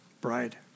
bride